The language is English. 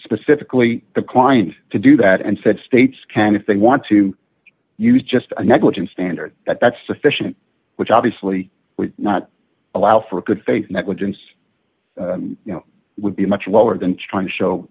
specifically the client to do that and said states can if they want to use just a negligent standard that's sufficient which obviously not allow for a good faith negligence you know would be much lower than trying to show